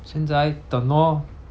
现在等 lor